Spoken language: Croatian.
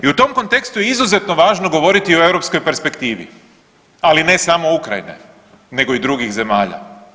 I u tom kontekstu se izuzetno važno govoriti o europskoj perspektivi, ali ne samo Ukrajine nego i drugih zemalja.